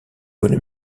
bonne